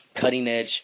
Cutting-edge